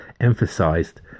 emphasized